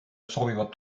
soovivad